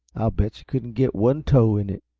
i'll bet she couldn't get one toe in it.